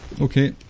Okay